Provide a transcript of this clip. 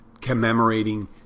commemorating